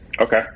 Okay